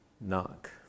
knock